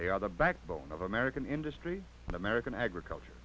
they are the backbone of american industry and american agriculture